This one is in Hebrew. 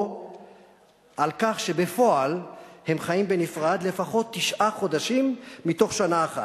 או על כך שבפועל הם חיים בנפרד לפחות תשעה חודשים מתוך שנה אחת,